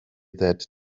that